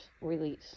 release